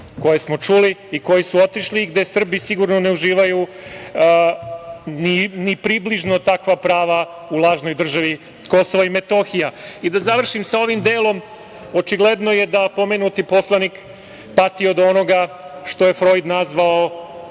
koje smo čuli i koji su otišli, a gde Srbi sigurno ne uživaju ni približno takva prava u lažnoj državi Kosova i Metohije. Da završim sa ovim delom. Očigledno je da pomenuti poslanik pati od onoga što je Frojd nazvao,